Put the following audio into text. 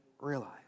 realize